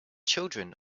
children